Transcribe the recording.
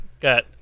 got